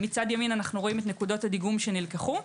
רואים את נקודות הדיגום שנלקחו.